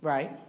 Right